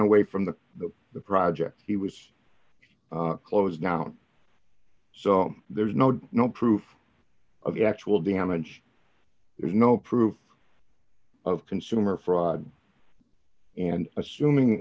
away from the the project he was closedown so there's no no proof of the actual damage there's no proof of consumer fraud and assuming